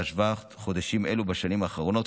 בהשוואה לחודשים אלה בשנים האחרונות,